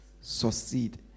succeed